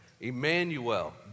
Emmanuel